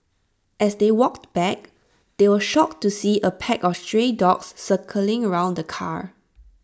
as they walked back they were shocked to see A pack of stray dogs circling around the car